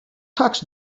tax